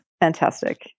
fantastic